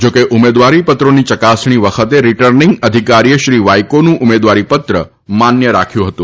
જાકે ઉમેદવારીપત્રોની ચકાસણી વખતે રિટર્નીંગ અધિકારીએ શ્રી વાઈકોનું ઉમેદવારીપત્ર માન્ય રાખ્યું હતું